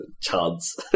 chance